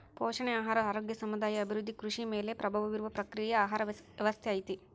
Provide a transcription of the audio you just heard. ಪೋಷಣೆ ಆಹಾರ ಆರೋಗ್ಯ ಸಮುದಾಯ ಅಭಿವೃದ್ಧಿ ಕೃಷಿ ಮೇಲೆ ಪ್ರಭಾವ ಬೀರುವ ಪ್ರಕ್ರಿಯೆಯೇ ಆಹಾರ ವ್ಯವಸ್ಥೆ ಐತಿ